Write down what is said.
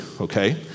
okay